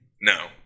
no